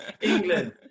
England